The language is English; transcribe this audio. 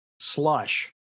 slush